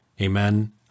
Amen